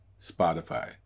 Spotify